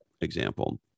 example